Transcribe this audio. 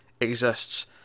exists